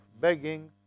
begging